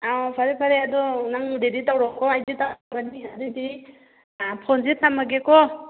ꯑꯥꯎ ꯐꯔꯦ ꯐꯔꯦ ꯑꯗꯣ ꯅꯪ ꯔꯦꯗꯤ ꯇꯧꯔꯣꯀꯣ ꯑꯩꯗꯤ ꯑꯗꯨꯗꯤ ꯐꯣꯟꯁꯦ ꯊꯝꯃꯒꯦꯀꯣ